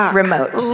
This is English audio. remote